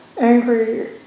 angry